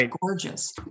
gorgeous